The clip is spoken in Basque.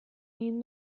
egin